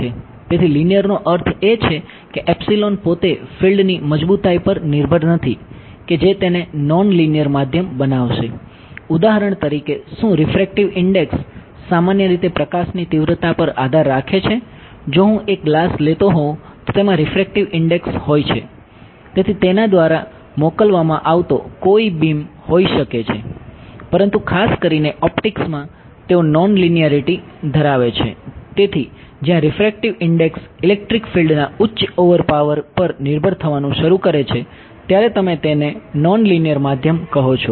તેથી લિનિયરનો અર્થ એ છે કે એપ્સીલોન પોતે ફિલ્ડની મજબૂતાઈ પર નિર્ભર થવાનું શરૂ કરે છે ત્યારે તમે તેને નોનલિનિયર માધ્યમ કહો છો